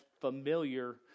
familiar